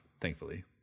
thankfully